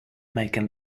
making